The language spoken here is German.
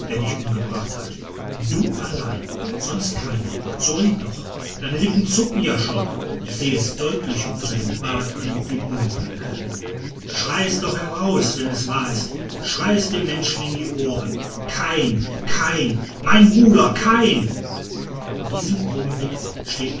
dich umgebracht hat du allein sonst keiner so red doch deine lippen zucken ja schon ich sehe es deutlich unter dem bart an den mundwinkeln schrei es doch heraus wenn es wahr ist schrei es den menschen in die ohren kain kain mein bruder kain in diesem augenblick steht